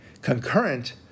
concurrent